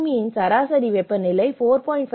பூமியின் சராசரி வெப்பநிலை 4